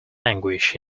anguish